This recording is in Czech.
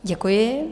Děkuji.